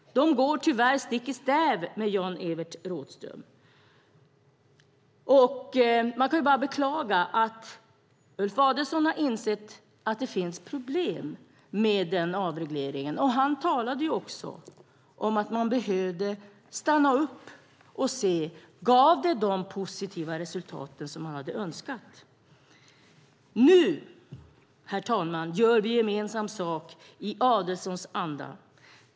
De går tyvärr stick i stäv med Jan-Evert Rådhströms. Ulf Adelsohn har insett att det finns problem med avregleringen. Han talade om att man behöver stanna upp och se om den gav de positiva resultat som man hade önskat. Nu gör vi gemensam sak i Adelsohns anda.